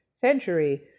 century